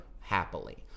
happily